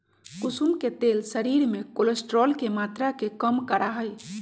कुसुम के तेल शरीर में कोलेस्ट्रोल के मात्रा के कम करा हई